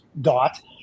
dot